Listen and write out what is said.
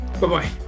bye-bye